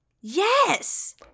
Yes